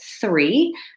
three